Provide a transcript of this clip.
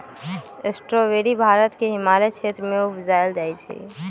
strawberry Bharat के हिमालय क्षेत्र में उपजायल जाइ छइ